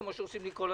כמו שעושים לי כל הזמן.